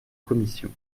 commission